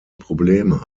probleme